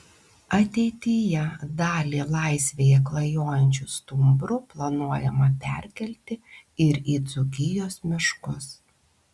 ateityje dalį laisvėje klajojančių stumbrų planuojama perkelti ir į dzūkijos miškus